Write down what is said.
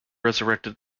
resurrected